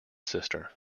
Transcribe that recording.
sister